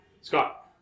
Scott